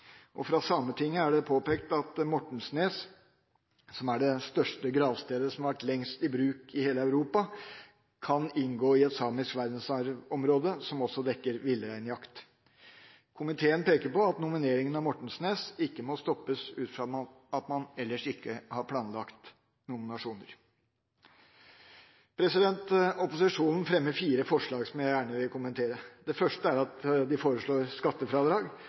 Fra Sametinget er det påpekt at det på Mortensnes, som er det største gravstedet som har vært lengst i bruk i hele Europa, kan inngå i et samisk verdensarvområde, som også dekker villreinjakt. Komiteen peker på at nomineringen av Mortensnes ikke må stoppes ut fra at man ellers ikke har planlagt nominasjoner. Opposisjonen fremmer fire forslag som jeg gjerne vil kommentere. Det første er at de foreslår skattefradrag.